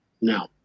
No